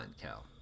Cal